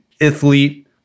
Athlete